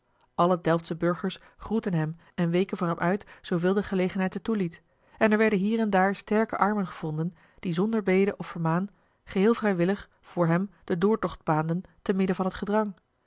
alle delftsche burgers groetten hem en weken voor hem uit zooveel de gelegenheid het toeliet en er werden hier en daar sterke armen gevonden die zonder bede of vermaan geheel vrijwillig voor hem den doortocht baanden te midden van t gedrang